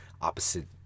opposite